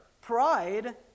pride